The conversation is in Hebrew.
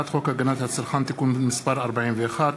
הצעת חוק הגנת הצרכן (תיקון מס' 41),